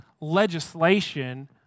legislation